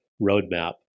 roadmap